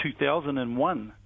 2001